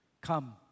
Come